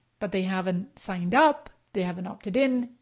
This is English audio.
but they haven't signed up, they haven't opted in.